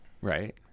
Right